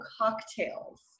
cocktails